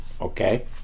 Okay